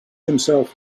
himself